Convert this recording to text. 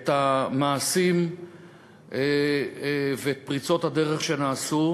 את המעשים ואת פריצות הדרך שנעשו,